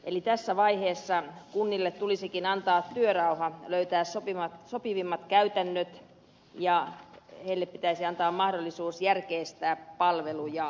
eli tässä vaiheessa kunnille tulisikin antaa työrauha löytää sopivimmat käytännöt ja niille pitäisi antaa mahdollisuus järkeistää palvelujaan